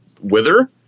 Wither